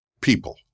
people